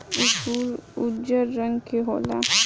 इ फूल उजर रंग के होला